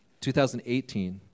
2018